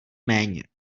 méně